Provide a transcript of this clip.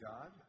God